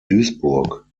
duisburg